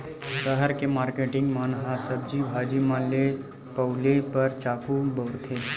सहर के मारकेटिंग मन ह सब्जी भाजी मन ल पउले बर चाकू बउरथे